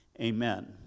Amen